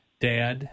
dad